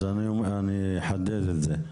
אני אחדד את זה.